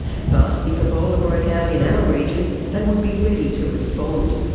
but if ebola broke out in our region, they would be ready to respond.